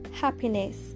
happiness